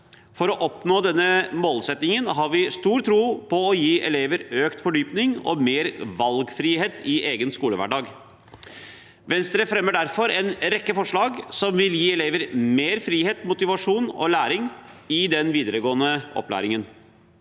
For å oppnå denne målsettingen har vi stor tro på å gi elever økt fordypning og mer valgfrihet i egen skolehverdag. Venstre fremmer derfor en rekke forslag som vil gi elever mer frihet, motivasjon og læring i den videregående opplæringen.